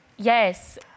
Yes